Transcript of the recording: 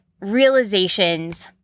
realizations